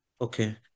Okay